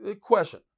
Question